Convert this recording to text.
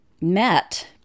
met